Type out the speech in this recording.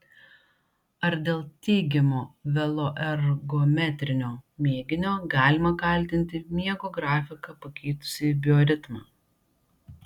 ar dėl teigiamo veloergometrinio mėginio galima kaltinti miego grafiką pakeitusį bioritmą